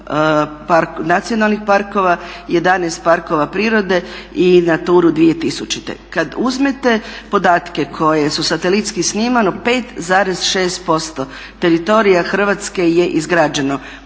Hrvatske je izgrađeno